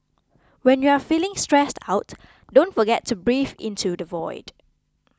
when you are feeling stressed out don't forget to breathe into the void